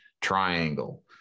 triangle